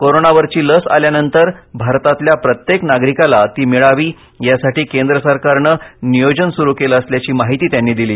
कोरोनावरची लस आल्यानंतर भारतातल्या प्रत्येक नागरिकाला ती मिळावी यासाठी केंद्र सरकारनं नियोजन सुरु केलं असल्याची माहिती त्यांनी दिली